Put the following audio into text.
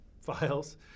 files